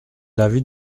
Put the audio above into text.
l’avis